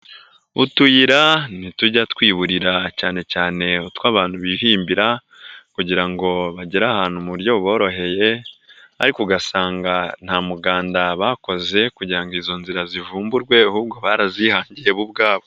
Utuyira ntitujya twiburira cyane cyane utw'abantu bihimbira kugira ngo bagere ahantu mu buryo buboroheye ariko ugasanga nta muganda bakoze kugira ngo izo nzira zivumburwe ahubwo barazihangiye bo ubwabo.